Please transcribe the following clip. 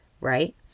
right